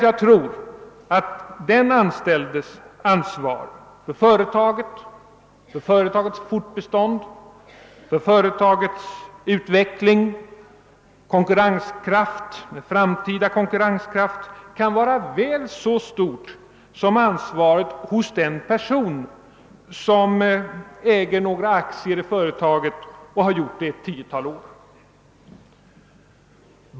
Jag tror att denne arbetstagares ansvar för företagets fortbestånd, utveckling och nuvarande och framtida konkurrenskraft kan vara väl så stort som intresset härför hos den person som sedan ett tiotal år tillbaka äger några aktier i företaget.